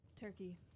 Turkey